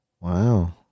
Wow